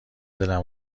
دلم